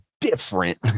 different